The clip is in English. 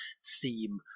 seem